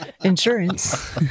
Insurance